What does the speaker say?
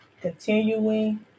continuing